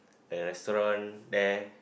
a restaurant there